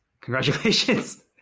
congratulations